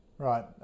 Right